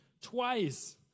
Twice